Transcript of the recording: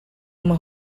uma